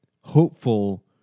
hopeful